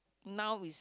now is